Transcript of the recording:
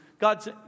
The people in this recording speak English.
God's